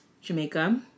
Jamaica